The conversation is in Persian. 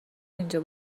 اینجا